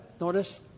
notice